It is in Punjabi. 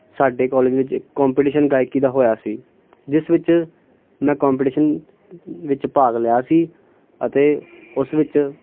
ਸਾਡੇ ਕੋਲਜ ਵਿੱਚ ਇੱਕ ਕੋਂਪੀਟੀਸ਼ਨ ਗਾਇਕੀ ਦਾ ਹੋਇਆ ਸੀ ਜਿਸ ਵਿੱਚ ਮੈਂ ਕੋਂਪੀਟੀਸ਼ਨ ਵਿੱਚ ਭਾਗ ਲਿਆ ਸੀ ਅਤੇ ਉਸ ਵਿੱਚ